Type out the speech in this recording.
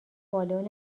بالن